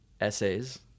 Essays